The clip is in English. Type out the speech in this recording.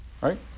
right